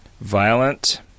Violent